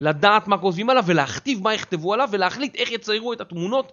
לדעת מה כוזבים עליו, ולהכתיב מה יכתבו עליו, ולהחליט איך יציירו את התמונות